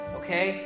okay